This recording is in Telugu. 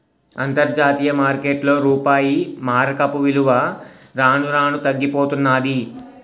అంతర్జాతీయ మార్కెట్లో రూపాయి మారకపు విలువ రాను రానూ తగ్గిపోతన్నాది